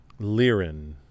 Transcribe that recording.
Lirin